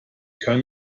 kann